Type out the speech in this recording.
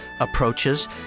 approaches